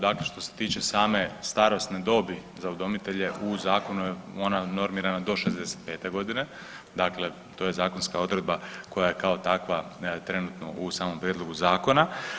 Dakle što se tiče same starosne dobi za udomitelje, u zakonu je ona normirana do 65 g., dakle to je zakonska odredba koja je kao takva trenutno u samom prijedlogu zakona.